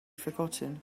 forgotten